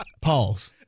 Pause